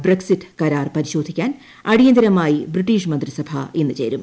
Brexit കരാർ പരിശോധിക്കാൻ അടിയന്തരമായി ബ്രിട്ടീഷ് മന്ത്രിസഭ ഇന്ന് ചേരും